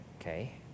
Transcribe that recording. Okay